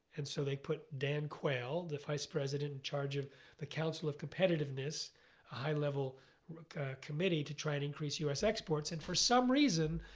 and so they put dan quayle, the vice president in charge of the council of competitiveness, a high-level committee to try to increase us exports. jeffrey and for some reason,